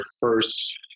first